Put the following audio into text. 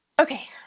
Okay